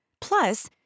Plus